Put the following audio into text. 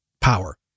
power